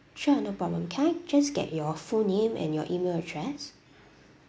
sure no problem can I just get your full name and your email address